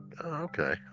Okay